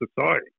society